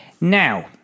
Now